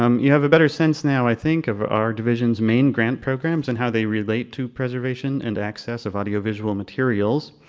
um you have a better sense now, i think, of our divisions main grant programs and how they related to preservation and access of audio visual materials.